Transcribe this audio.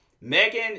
Megan